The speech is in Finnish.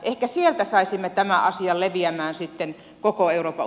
ehkä sieltä saisimme tämän asian leviämään sitten koko euroopan